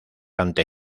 ante